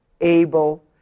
able